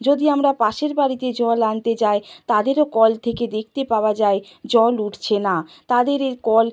যদি আমরা পাশের বাড়িতে জল আনতে যাই তাদেরও কল থেকে দেখতে পাওয়া যায় জল উঠছে না তাদের এ কল